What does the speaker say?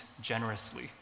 generously